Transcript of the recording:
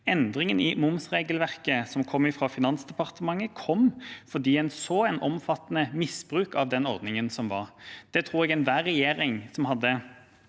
Endringen i momsregelverket som kom fra Finansdepartementet, kom fordi en så et omfattende misbruk av den ordningen som var. Det tror jeg enhver regjering som hadde